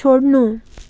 छोड्नु